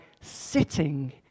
sitting